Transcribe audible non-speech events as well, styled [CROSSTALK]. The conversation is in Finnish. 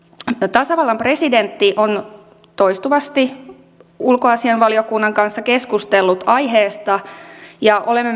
tasavallan presidentti on toistuvasti ulkoasiainvaliokunnan kanssa keskustellut aiheesta ja olemme [UNINTELLIGIBLE]